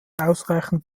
ausreichend